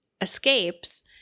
escapes